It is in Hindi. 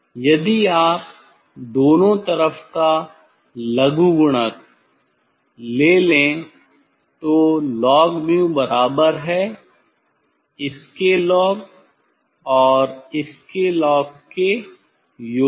यदि आप दोनों तरफ का लघुगणक लें तो log𝛍 बराबर है इसके log और इसके log के योग के